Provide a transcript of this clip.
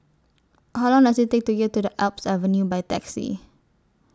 How Long Does IT Take to get to Alps Avenue By Taxi